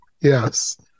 Yes